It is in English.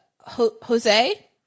Jose